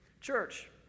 Church